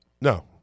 No